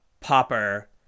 popper